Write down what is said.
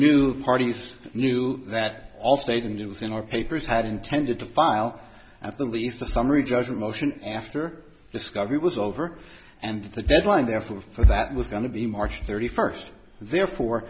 the parties knew that all state and it was in our papers had intended to file at least a summary judgment motion after discovery was over and the deadline therefore that was going to be march thirty first therefore